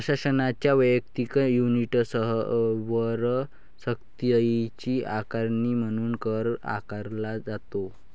प्रशासनाच्या वैयक्तिक युनिट्सवर सक्तीची आकारणी म्हणून कर आकारला जातो